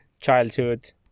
Childhood